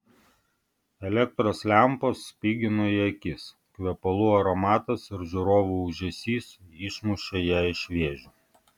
elektros lempos spigino į akis kvepalų aromatas ir žiūrovų ūžesys išmušė ją iš vėžių